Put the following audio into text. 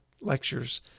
lectures